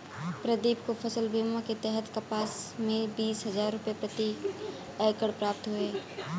प्रदीप को फसल बीमा के तहत कपास में बीस हजार रुपये प्रति एकड़ प्राप्त हुए